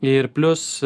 ir plius